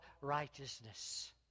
righteousness